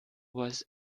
was